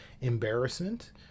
Embarrassment